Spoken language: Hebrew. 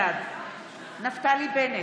בעד נפתלי בנט,